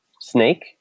snake